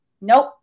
Nope